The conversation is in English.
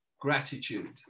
gratitude